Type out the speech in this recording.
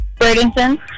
Bradenton